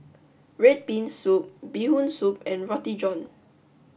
Red Bean Soup Bee Hoon Soup and Roti John